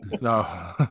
no